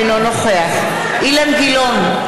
אינו נוכח אילן גילאון,